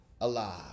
alive